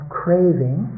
craving